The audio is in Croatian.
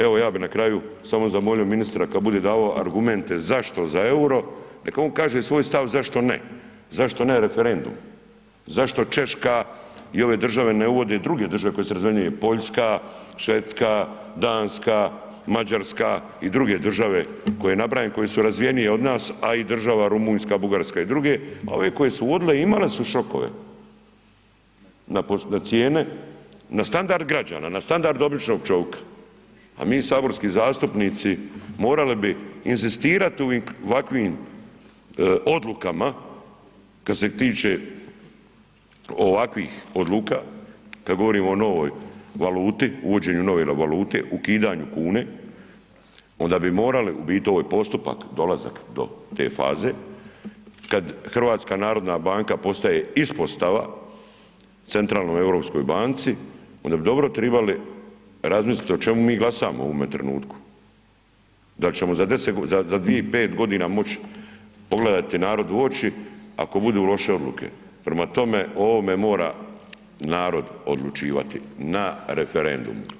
Evo ja bi na kraju samo zamolio ministra kad bude davo argumente zašto za EUR-o, neka on kaže svoj stav zašto ne, zašto ne referendum, zašto Češka i ove države ne uvode i druge države koje su razvijenije Poljska, Švedska, Danska, Mađarska i druge države koje nabrajam, koje su razvijenije od nas, a i država Rumunjska, Bugarska i druge, a ove koje su uvodile imale su šokove na cijene, na standard građana, na standard običnog čovika, a mi saborski zastupnici morali bi inzistirat u ovim, vakvim odlukama kad se tiče ovakvih odluka, kad govorimo o novoj valuti, uvođenju nove valute, ukidanju kune, onda bi morali, u biti ovo je postupak, dolazak do te faze, kad HNB postaje ispostava Centralnoj europskoj banci onda bi dobro tribali razmislit o čemu mi glasamo u ovome trenutku, dal ćemo za 10, za 2 i 5.g. moć pogledati narod u oči ako budu loše odluke, prema tome o ovome mora narod odlučivati na referendumu.